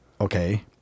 okay